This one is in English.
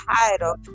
title